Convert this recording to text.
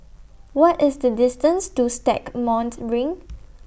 What IS The distance to Stagmont Ring